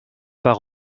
par